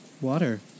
water